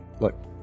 look